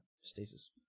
stasis